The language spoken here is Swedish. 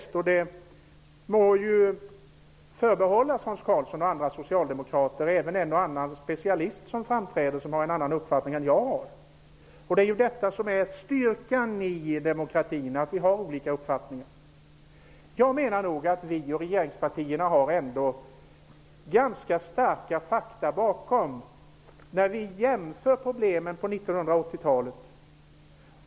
Att tycka det må ju vara förunnat Hans Karlsson, andra socialdemokrater och även en och annan specialist som framträder och har en annan uppfattning än jag har. Det är ju detta som är styrkan i demokratin: att vi har olika uppfattningar. Jag menar att vi moderater och övriga regeringspartier har ganska starka fakta bakom oss när vi jämför med problemen på 1980-talet.